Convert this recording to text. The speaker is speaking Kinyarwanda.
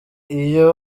iyo